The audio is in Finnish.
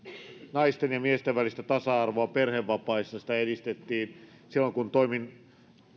naisten ja miesten välistä tasa arvoa perhevapaissa edistettiin silloin kun toimin